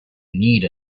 need